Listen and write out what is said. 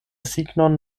signon